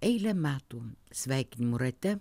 eilę metų sveikinimų rate